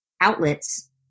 outlets